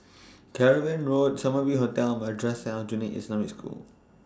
Cavan Road Summer View Hotel Madrasah Aljunied Al Islamic School